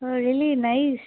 O really nice